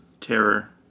terror